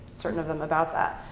certain of them, about that.